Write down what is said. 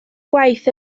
gwaith